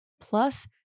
plus